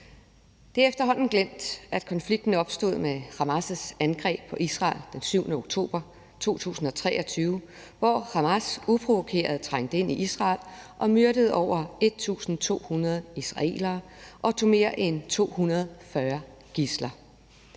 Det er efterhånden glemt, at konflikten opstod med Hamas' angreb på Israel den 7. oktober 2023, hvor Hamas uprovokeret trængte ind i Israel og myrdede over 1.200 israelere og tog mere end 240 gidsler